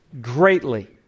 greatly